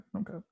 okay